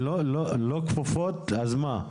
הן לא כפופות, אז מה?